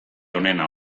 onena